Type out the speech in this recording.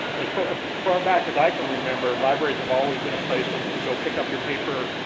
and so as far back as i can remember libraries have always been a place where you could go pick up your paper,